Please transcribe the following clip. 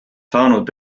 saanud